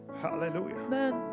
Hallelujah